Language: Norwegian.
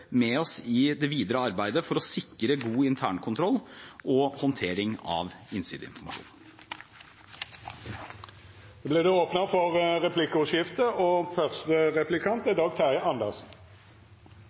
med oss i det videre arbeidet for å sikre god internkontroll og håndtering av innsideinformasjon. Det vert replikkordskifte. Jeg synes statsråden begynte bra når det gjelder behovet for